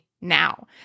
now